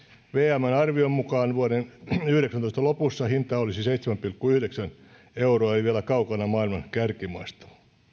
vmn arvion mukaan vuoden kaksituhattayhdeksäntoista lopussa hinta olisi seitsemän pilkku yhdeksän euroa eli vielä kaukana maailman kärkimaista